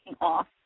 off